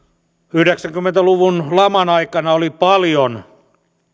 yhdeksänkymmentä luvun laman aikana oli paljon